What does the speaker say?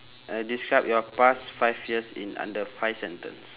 uh describe your past five years in under five sentence